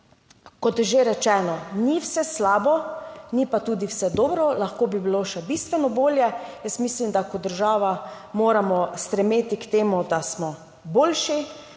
Kot že rečeno, ni vse slabo, ni pa tudi vse dobro. Lahko bi bilo še bistveno bolje. Jaz mislim, da kot država moramo stremeti k temu, da smo boljši,